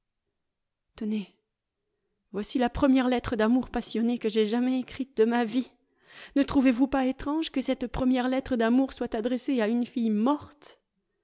tenez voici la première lettre d'amour passionnée que j'aie jamais écrite de ma vie ne trouvez-vous pas étrange que cette première lettre d'amour soit adressée à une fille morte